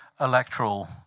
electoral